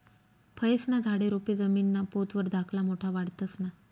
फयेस्ना झाडे, रोपे जमीनना पोत वर धाकला मोठा वाढतंस ना?